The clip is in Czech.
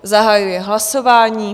Zahajuji hlasování.